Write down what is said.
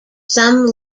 some